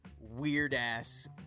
weird-ass